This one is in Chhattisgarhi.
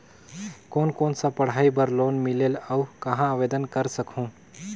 कोन कोन सा पढ़ाई बर लोन मिलेल और कहाँ आवेदन कर सकहुं?